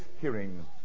hearing